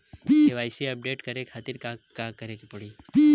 KYC update करे के खातिर का करे के होई?